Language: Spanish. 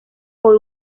por